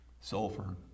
sulfur